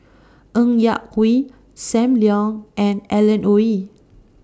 Ng Yak Whee SAM Leong and Alan Oei